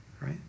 right